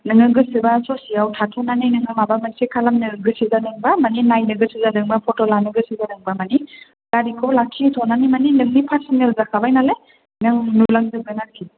नोङो गोसोब्ला ससेयाव थाथ'नानै नोङो माबा मोनसे खालामनो गोसो जादोंब्ला मानि नायनो गोसो जादोंब्ला फट' लानो गोसो जादोंब्ला मानि गारिखौ लाखिथ'नानै मानि नोंनि पार्सनेल जाखाबाय नालाय नों नुलांजोबगोन आरोखि